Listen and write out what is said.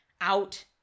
out